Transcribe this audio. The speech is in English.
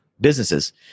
businesses